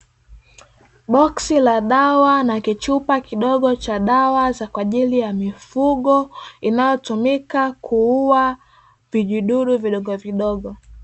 Boksi la dawa na kichupa kidogo cha dawa za kwa ajili ya mifugo, inayotumika kuua vijidudu vidogovidogo.